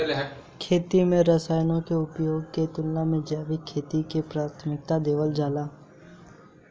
खेती में रसायनों के उपयोग के तुलना में जैविक खेती के प्राथमिकता देवल जाला